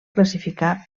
classificar